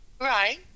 right